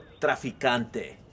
Traficante